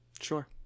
Sure